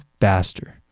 faster